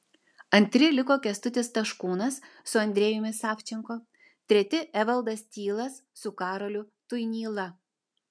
antri liko kęstutis taškūnas su andrejumi savčenko treti evaldas tylas su karoliu tuinyla